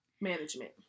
Management